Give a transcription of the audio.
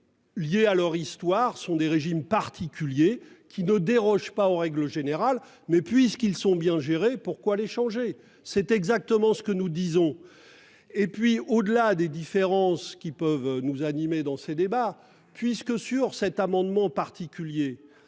fait de leur histoire, sont des régimes particuliers sans déroger aux règles générales. Mais puisqu'ils sont bien gérés, pourquoi les changer ? C'est exactement ce que nous disons. Allons au-delà des différences qui peuvent nous animer dans ces débats. Les groupes de gauche